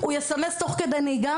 הוא יסמס תוך כדי נהיגה.